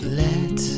let